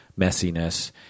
messiness